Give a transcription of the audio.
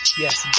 yes